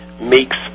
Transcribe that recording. makes